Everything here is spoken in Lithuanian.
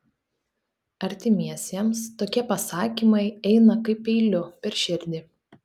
artimiesiems tokie pasakymai eina kaip peiliu per širdį